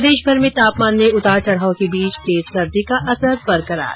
प्रदेशभर में तापमान में उतार चढाव के बीच तेज सर्दी का असर बरकरार